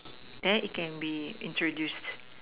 there it can be introduced